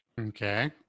Okay